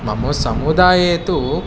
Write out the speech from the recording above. मम समुदाये तु